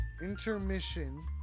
Intermission